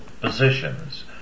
positions